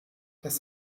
das